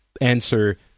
answer